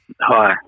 Hi